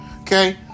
okay